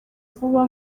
vuba